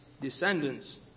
descendants